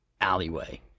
alleyway